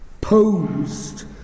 Posed